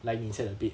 like insert a bit